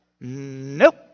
Nope